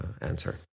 answer